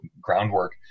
groundwork